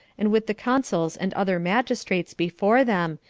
and with the consuls and other magistrates before them,